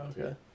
Okay